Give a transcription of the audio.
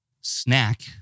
snack